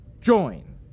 join